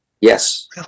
Yes